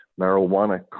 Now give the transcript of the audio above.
marijuana